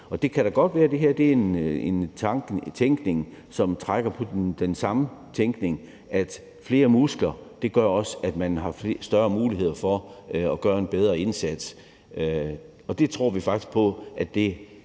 Det kan da godt være, at det her er en tænkning, som trækker på den samme tænkning, nemlig at flere muskler gør, at man har større muligheder for at gøre en bedre indsats. Det tror vi faktisk på i høj